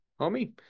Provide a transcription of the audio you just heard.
homie